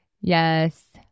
Yes